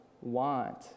want